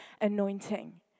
anointing